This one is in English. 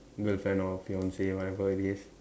girlfriend or fiance whatever it is